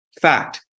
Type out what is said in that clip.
Fact